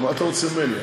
מה אתה רוצה ממני?